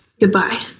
Goodbye